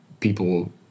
People